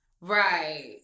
right